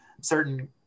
certain